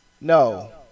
No